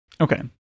Okay